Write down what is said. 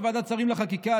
בוועדת שרים לחקיקה,